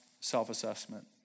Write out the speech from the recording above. self-assessment